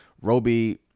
Roby